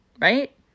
right